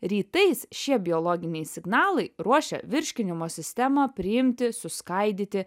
rytais šie biologiniai signalai ruošia virškinimo sistemą priimti suskaidyti